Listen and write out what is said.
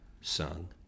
sung